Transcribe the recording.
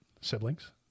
siblings